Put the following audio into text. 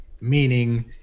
Meaning